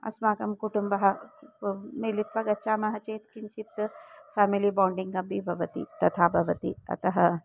अस्माकं कुटुम्बः मिलित्वा गच्छामः चेत् किञ्चित् फ़ेमिलि बोण्डिङ्ग् अपि भवति तथा भवति अतः